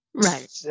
right